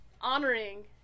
honoring